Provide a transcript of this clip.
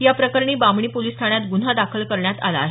या प्रकरणी बामणी पोलीस ठाण्यात गुन्हा दाखल करण्यात आला आहे